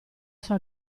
sua